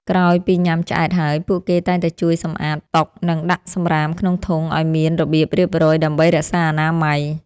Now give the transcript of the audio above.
ក្រោយពីញ៉ាំឆ្អែតហើយពួកគេតែងតែជួយសម្អាតតុនិងដាក់សម្រាមក្នុងធុងឱ្យមានរបៀបរៀបរយដើម្បីរក្សាអនាម័យ។